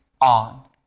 on